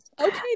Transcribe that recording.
Okay